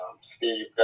Steve